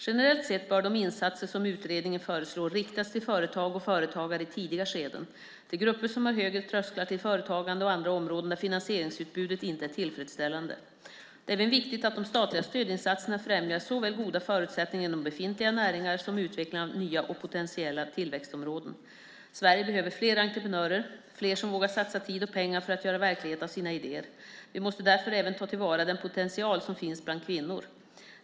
Generellt sett bör de insatser som utredningen föreslår riktas till företag och företagare i tidiga skeden, till grupper som har högre trösklar till företagande och andra områden där finansieringsutbudet inte är tillfredsställande. Det är även viktigt att de statliga stödinsatserna främjar såväl goda förutsättningar inom befintliga näringar som utvecklingen av nya och potentiella tillväxtområden. Sverige behöver fler entreprenörer, fler som vågar satsa tid och pengar för att göra verklighet av sina idéer. Vi måste därför även ta till vara den potential som finns bland kvinnor.